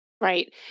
Right